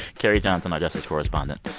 carrie johnson, our justice correspondent.